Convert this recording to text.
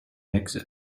exit